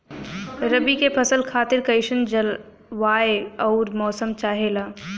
रबी क फसल खातिर कइसन जलवाय अउर मौसम चाहेला?